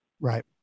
Right